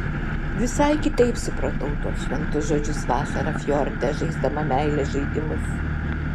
visai kitaip supratau tuos šventus žodžius vasarą fjorde žaisdama meilės žaidimus